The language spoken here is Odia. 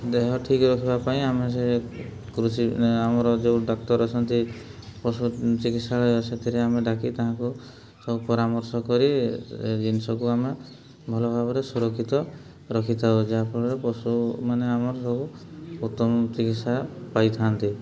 ଦେହ ଠିକ୍ ରଖିବା ପାଇଁ ଆମେ ସେ କୃଷି ଆମର ଯେଉଁ ଡାକ୍ତର ଆସନ୍ତି ପଶୁ ଚିକିତ୍ସାଳୟ ସେଥିରେ ଆମେ ଡାକି ତାହାକୁ ସବୁ ପରାମର୍ଶ କରି ଜିନିଷକୁ ଆମେ ଭଲ ଭାବରେ ସୁରକ୍ଷିତ ରଖିଥାଉ ଯାହାଫଳରେ ପଶୁମାନେ ଆମର ସବୁ ଉତ୍ତମ ଚିକିତ୍ସା ପାଇଥାନ୍ତି